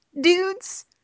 dudes